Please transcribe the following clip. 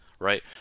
Right